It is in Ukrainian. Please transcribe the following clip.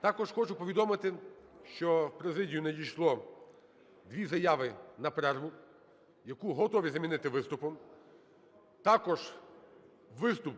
Також хочу повідомити, що в президію надійшло дві заяви на перерву, яку готові замінити виступом. Також виступ